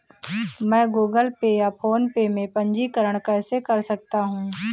मैं Google Pay या PhonePe में पंजीकरण कैसे कर सकता हूँ?